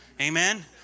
Amen